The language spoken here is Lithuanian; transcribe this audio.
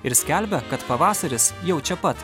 ir skelbia kad pavasaris jau čia pat